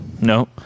No